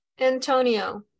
Antonio